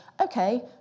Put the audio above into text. okay